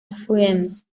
friends